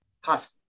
hospital